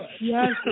yes